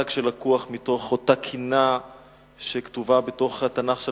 מושג שלקוח מתוך אותה קינה שכתובה בתוך התנ"ך שלנו,